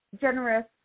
generous